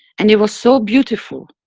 and it was so beautiful.